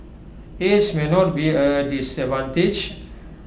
age may not be A disadvantage